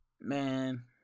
Man